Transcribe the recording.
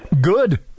Good